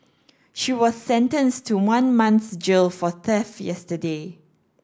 she was sentenced to one month's jail for theft yesterday